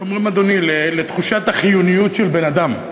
איך אומרים, אדוני, לתחושת החיוניות של בן-אדם.